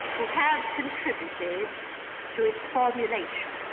who have contributed to its formulation.